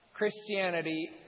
Christianity